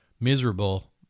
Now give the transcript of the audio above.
miserable